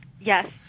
Yes